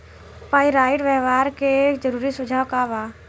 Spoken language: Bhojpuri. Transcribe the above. पाइराइट व्यवहार के जरूरी सुझाव का वा?